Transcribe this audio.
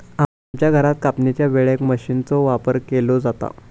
आमच्या घरात कापणीच्या वेळेक मशीनचो वापर केलो जाता